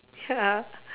ya